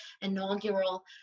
inaugural